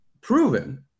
proven